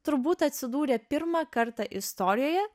turbūt atsidūrė pirmą kartą istorijoje